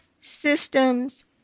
systems